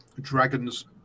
dragons